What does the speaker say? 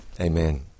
Amen